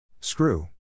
Screw